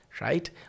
right